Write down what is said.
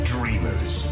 Dreamers